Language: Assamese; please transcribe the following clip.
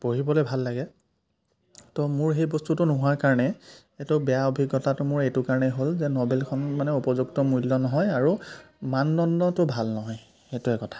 পঢ়িবলৈ ভাল লাগে ত' মোৰ সেই বস্তুটো নোহোৱাৰ কাৰণে এইটো বেয়া অভিজ্ঞতাটো মোৰ এইটো কাৰণেই হ'ল যে নবেলখন মানে উপযুক্ত মূল্য নহয় আৰু মানদণ্ডটো ভাল নহয় সেইটোৱেই কথা